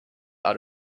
out